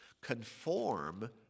conform